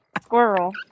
Squirrel